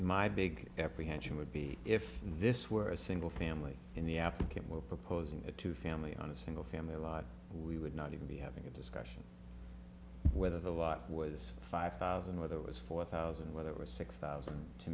prevention would be if this were a single family in the applicant were proposing to family on a single family law we would not even be having a discussion whether the lot was five thousand whether it was four thousand whether it was six thousand to